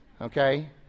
okay